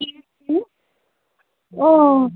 ٹھیٖک ٹھیٖک اَو